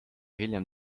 hiljem